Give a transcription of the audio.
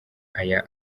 aya